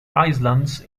islands